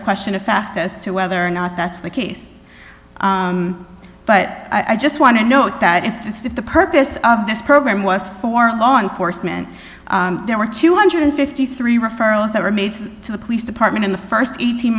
a question of fact as to whether or not that's the case but i just want to note that it does if the purpose of this program was for law enforcement there were two hundred and fifty three referrals that were made to the police department in the st eighteen